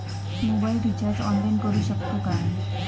Mobile recharge online करुक शकतू काय?